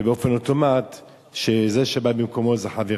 ובאופן אוטומטי זה שבא במקומו הוא חבר הכנסת.